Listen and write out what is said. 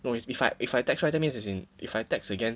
if I if I text right that means is in if I text again